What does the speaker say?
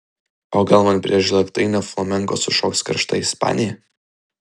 o gal man prie žlėgtainio flamenko sušoks karšta ispanė